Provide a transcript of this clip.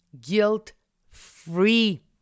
guilt-free